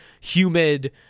humid